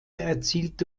erzielte